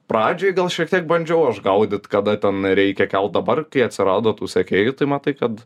pradžiai gal šiek tiek bandžiau aš gaudyt kada ten reikia kelt dabar kai atsirado tų sekėjų tai matai kad